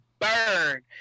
burn